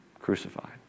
Crucified